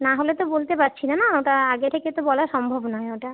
নাহলে তো বলতে পারছি না না ওটা আগে থেকে তো বলা সম্ভব নয় ওটা